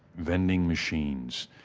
vending machines,